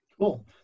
Cool